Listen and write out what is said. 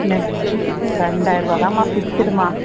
ரெண்டாயிரருவா தான்ம்மா ஃபிக்ஸ்டும்மா